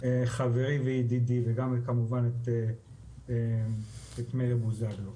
חברי וידידי, וגם כמובן את מאיר בוזגלו.